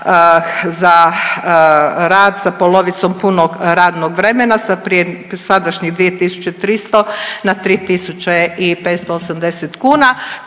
za rad sa polovicom punog radnog vremena sa prije sadašnjih 2.300 na 3.580 kuna.